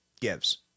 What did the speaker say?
gives